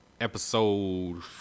episode